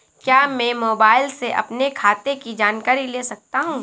क्या मैं मोबाइल से अपने खाते की जानकारी ले सकता हूँ?